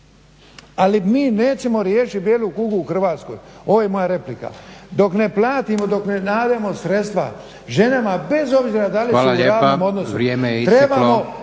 Ali mi nećemo riješit biijelu kugu u Hrvatskoj, ovo je moja replika, dok ne platimo, dok ne … sredstva ženama bez obzira da li su u radnom odnosu… **Leko,